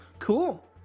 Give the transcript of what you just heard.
cool